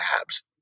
abs